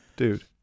Dude